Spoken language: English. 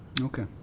Okay